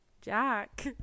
jack